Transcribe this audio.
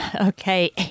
okay